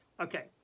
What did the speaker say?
Okay